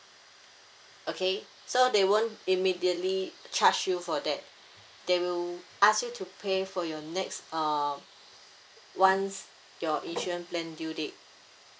okay so they won't immediately charge you for that they will ask you to pay for your next uh once your insurance plan due date